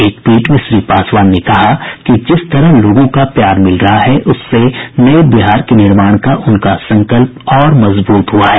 एक ट्वीट में श्री पासवान ने कहा कि जिस तरह लोगों का प्यार मिल रहा है उससे नये बिहार के निर्माण का उनका संकल्प और मजबूत हुआ है